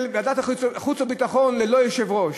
של ועדת החוץ והביטחון ללא יושב-ראש.